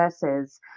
Verses